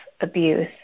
abuse